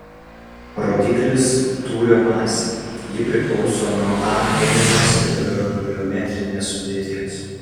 rodiklis tūrio masė ji priklauso nuo a cheminės ir granuliometrinės sudėties